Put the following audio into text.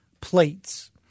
plates